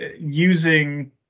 using